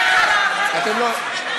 לא גמרתן להקשיב.